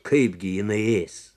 kaipgi jinai